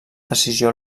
decisió